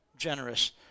generous